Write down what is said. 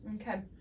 Okay